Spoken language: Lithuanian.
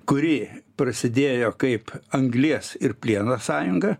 kuri prasidėjo kaip anglies ir plieno sąjunga